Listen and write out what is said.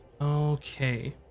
okay